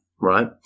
Right